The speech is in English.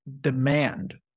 demand